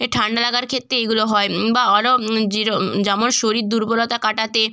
এ ঠান্ডা লাগার ক্ষেত্রে এইগুলো হয় বা আরও যের যেমন শরীর দুর্বলতা কাটাতে